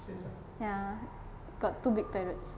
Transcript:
ya got two big parrots